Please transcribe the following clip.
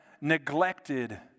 neglected